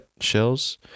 shells